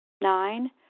Nine